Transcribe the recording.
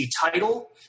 title